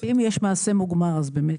אם יעשה מוגמר, זאת בעיה.